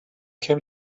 came